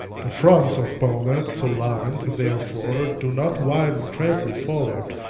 the fronts of bonnets so lined, therefore, do not widen greatly forward,